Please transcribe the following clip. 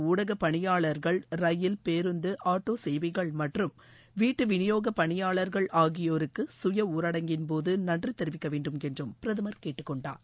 ஊடக பணியாளர்கள் ரயில் பேருந்த ஆட்டோ சேவைகள் மற்றும் வீட்டு விநியோக பணியாளர்கள் ஆகியோருக்கு சுய ஊரடங்கின்போது நன்றி தெரிவிக்க வேண்டும் என்றும் பிரதமர் கேடிடுக்கொண்டார்